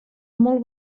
molt